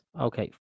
Okay